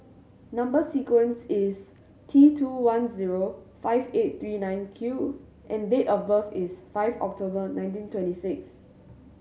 number sequence is T two one zero five eight three nine Q and date of birth is five October nineteen twenty six